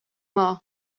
maa